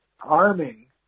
arming